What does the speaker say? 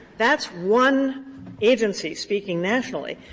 that's one agency speaking nationally.